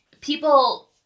people